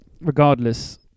regardless